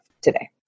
today